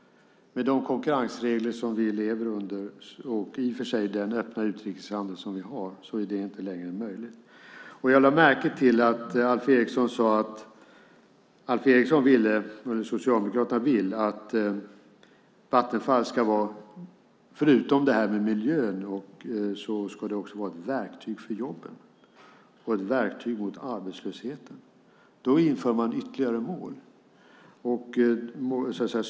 Med de konkurrensregler som vi lever under och i och för sig den öppna utrikeshandel som vi har är det inte längre möjligt. Jag lade märke till Alf Eriksson sade att Alf Eriksson och Socialdemokraterna vill att Vattenfall ska vara, förutom det här med miljön, ett verktyg för jobben och ett verktyg mot arbetslösheten. Då inför man ytterligare mål.